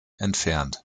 entfernt